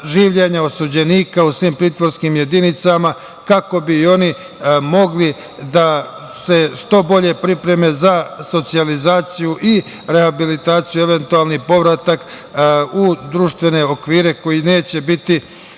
življenja osuđenika u svim pritvorskim jedinicama kako bi i oni mogli da se što bolje pripreme za socijalizaciju i rehabilitaciju, eventualni povratak u društvene okvire koji neće biti